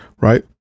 right